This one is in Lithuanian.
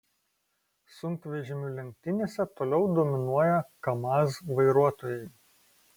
sunkvežimių lenktynėse toliau dominuoja kamaz vairuotojai